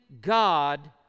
God